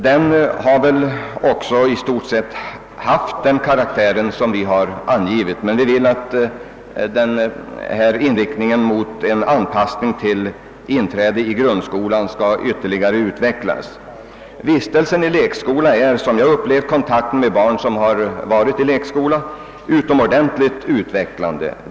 Denna verksamhet har väl också i stort sett haft den karaktär som vi har angivit, men vi vill att verksamhetens inriktning till en anpassning till grundskolan skall ytterligare utvecklas. Vistelsen i lekskolan är, som jag upplevt kontakten med barn som har deltagit i sådan verksamhet, utomordentligt utvecklande för dem.